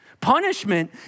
Punishment